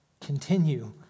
continue